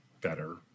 better